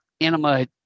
Anima